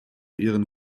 ihren